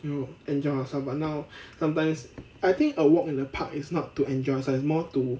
you know enjoy ourselves now sometimes I think a walk in the park is not to enjoy it's like more to